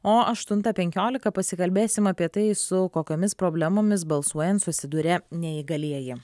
o aštuntą penkiolika pasikalbėsim apie tai su kokiomis problemomis balsuojant susiduria neįgalieji